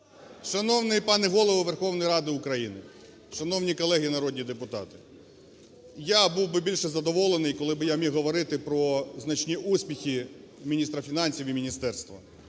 Шановний пане Голово Верховної Ради України, шановні колеги народні депутати! Я був би більше задоволений, коли б я міг говорити про значні успіхи міністра фінансів і міністерства,